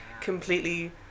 completely